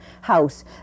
house